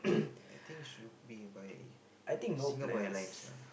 I think should be by Singapore Airlines lah